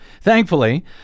Thankfully